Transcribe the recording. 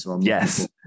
Yes